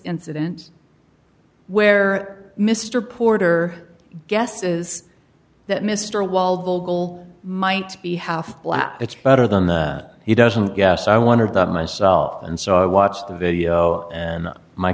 incident where mr porter guess is that mr wall vogel might be half black it's better than the he doesn't guess i wondered that myself and so i watched the video and